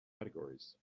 categories